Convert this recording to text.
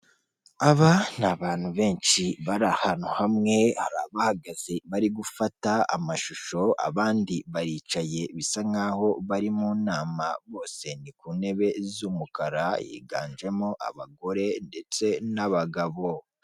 Aba ni abantu benshi bari ahantu hamwe, hari abahagaze bari gufata amashusho, abandi baricaye, bisa nk'aho bari mu nama, bose ni ku ntebe z'umukara, higanjemo abagore ndetse n'abagabo.